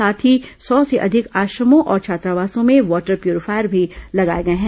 साथ ही सौ से अधिक आश्रमों और छात्रावासों में वाटर प्यूरीफायर भी लगाए गए हैं